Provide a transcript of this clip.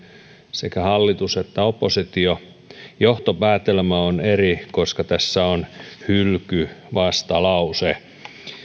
sekä hallitus että oppositio johtopäätelmä on eri koska tässä on hylkyvastalause